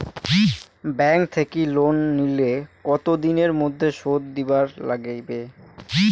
Bank থাকি loan নিলে কতো দিনের মধ্যে শোধ দিবার নাগিবে?